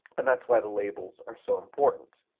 and that's why the labels are so important.